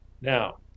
Now